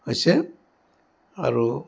হৈছে আৰু